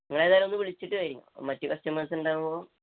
നിങ്ങളേതായാലും ഒന്ന് വിളിച്ചിട്ട് വരീ മറ്റ് കസ്റ്റമേസ് ഉണ്ടാവുമ്പോൾ